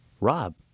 Rob